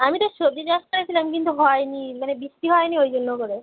আমি তো সবজি চাষ করেছিলাম কিন্তু হয় নি মানে বৃষ্টি হয় নি ওই জন্য করে